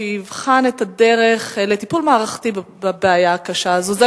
שיבחן את הדרך לטיפול מערכתי בבעיה הקשה הזאת.